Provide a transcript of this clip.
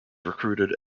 recruited